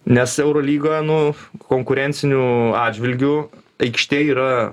nes eurolyga nu konkurenciniu atžvilgiu aikštėj yra